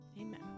Amen